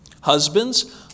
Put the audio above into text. Husbands